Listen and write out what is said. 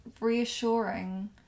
reassuring